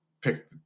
pick